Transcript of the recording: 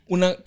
Una